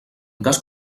cas